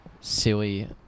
silly